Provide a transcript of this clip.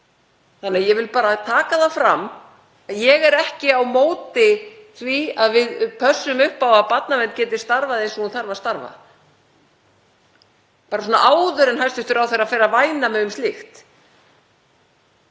málum. Ég vil bara taka það fram að ég er ekki á móti því að við pössum upp á að barnavernd geti starfað eins og hún þarf að starfa, bara svona áður en hæstv. ráðherra fer að væna mig um slíkt.